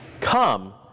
Come